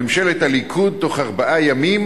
ממשלת הליכוד, בתוך ארבעה ימים